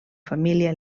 família